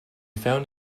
found